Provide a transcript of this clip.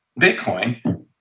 Bitcoin